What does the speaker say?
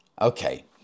Okay